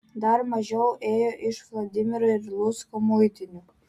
dar mažiau ėjo iš vladimiro ir lucko muitinių